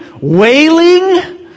wailing